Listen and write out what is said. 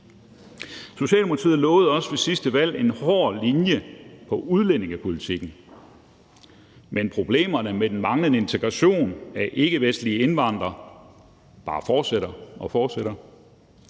Socialdemokratiet lovede også ved sidste valg en hård linje i udlændingepolitikken, men problemerne med den manglende integration af ikkevestlige indvandrere bare fortsætter og fortsætter.